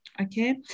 Okay